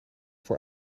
voor